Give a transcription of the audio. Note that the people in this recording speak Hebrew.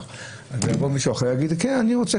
ואז יבוא מישהו אחר ויגיד שהוא כן רוצה